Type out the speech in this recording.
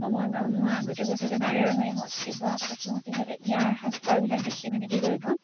মই আগতেই কৈছোঁ যে বাৰেৰহনীয়া সংস্কৃতি বোৱা কটাত চহকী হ'লে ইয়াৰ সাজপাৰবিলাক দেখি মানে কি কৰিব